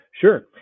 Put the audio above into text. Sure